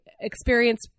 experience